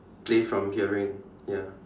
play from hearing ya